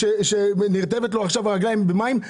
כאשר הרגליים שלו עכשיו נרטבות במים,